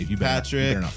Patrick